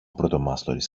πρωτομάστορης